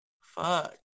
Fuck